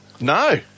No